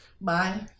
bye